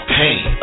pain